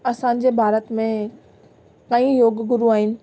असांजे भारत में कई योग गुरू आहिनि